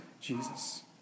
Jesus